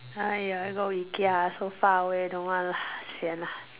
!aiya! go Ikea so far away don't want lah sian lah